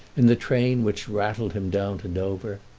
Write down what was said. in the train which rattled him down to dover.